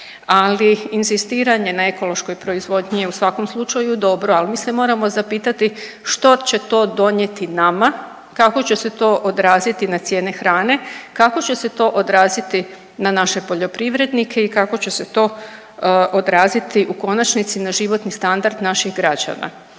ali inzistiranje na ekološkoj proizvodnji je u svakom slučaju dobro. Ali mi se moramo zapitati što će to donijeti nama, kako će se to odraziti na cijene hrane, kako će se to odraziti na naše poljoprivrednike i kako će se to odraziti u konačnici na životni standard naših građana.